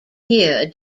year